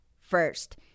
first